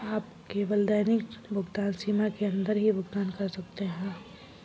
आप केवल दैनिक भुगतान सीमा के अंदर ही भुगतान कर सकते है